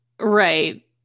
right